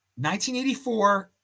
1984